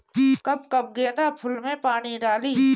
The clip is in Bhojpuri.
कब कब गेंदा फुल में पानी डाली?